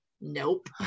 nope